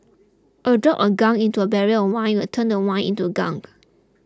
a drop of gunk into a barrel of wine will turn the wine into gunk